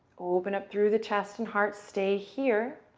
open up through the chest and heart. stay here.